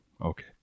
Okay